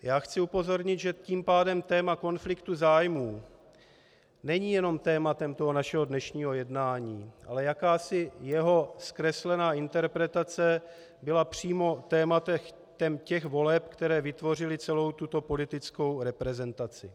Já chci upozornit, že tím pádem téma konfliktu zájmů není jenom tématem našeho dnešního jednání, ale jakási jeho zkreslená interpretace byla přímo tématem těch voleb, které vytvořily celou tuto politickou reprezentaci.